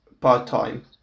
part-time